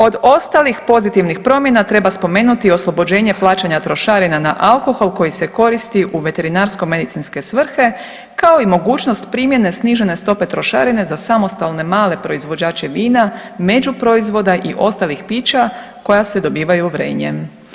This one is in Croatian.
Od ostalih pozitivnih promjena treba spomenuti oslobođenje plaćanja trošarina na alkohol koji se koristi u veterinarsko medicinske svrhe, kao i mogućnost primjene snižene stope trošarine za samostalne male proizvođače vina, međuproizvoda i ostalih pića koja se dobivaju vrenjem.